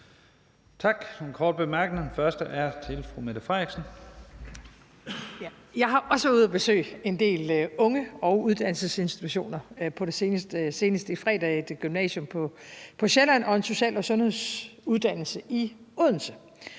Jeg har også været ude at besøge en del unge og uddannelsesinstitutioner, senest i fredags et gymnasium på Sjælland og en social- og sundhedsuddannelse i Odense.